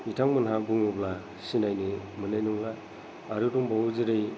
बिथांमोना बुङोब्ला सिनायनो मोननाय नंला आरो दंबावो जेरै